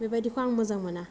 बेबायदिखौ आं मोजां मोना